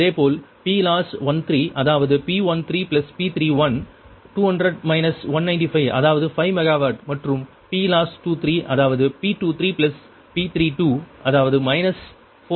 அதேபோல் PLOSS 13 அதாவது P13 P31 200 195 அதாவது 5 மெகாவாட் மற்றும் PLOSS 23 அதாவது P23 P32 அதாவது 49